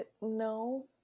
No